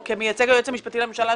כמייצג היועץ המשפטי לממשלה,